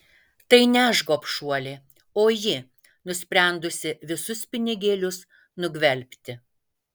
tai ne aš gobšuolė o ji nusprendusi visus pinigėlius nugvelbti